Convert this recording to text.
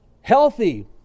Healthy